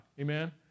Amen